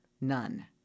None